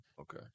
okay